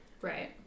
Right